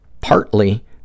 partly